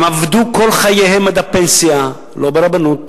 הם עבדו כל חייהם עד הפנסיה, לא ברבנות.